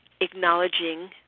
acknowledging